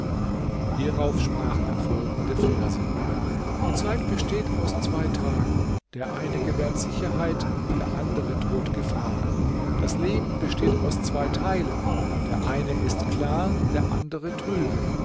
hierauf sprach er folgende verse die zeit besteht aus zwei tagen der eine gewährt sicherheit der andere droht gefahren das leben besteht aus zwei teilen der eine ist klar der andere trübe